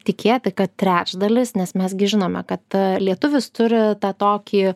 tikėti kad trečdalis nes mes gi žinome kad lietuvis turi tą tokį